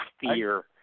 fear